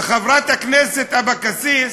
וחברת הכנסת אבקסיס